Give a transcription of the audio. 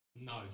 No